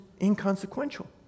inconsequential